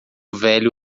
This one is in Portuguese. velho